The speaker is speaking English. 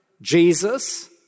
Jesus